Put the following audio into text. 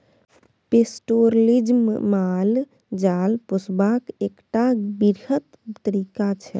pastoralism माल जाल पोसबाक एकटा बृहत तरीका छै